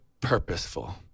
purposeful